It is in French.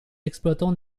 exploitants